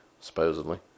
supposedly